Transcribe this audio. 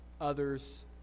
others